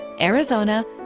Arizona